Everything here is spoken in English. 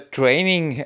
training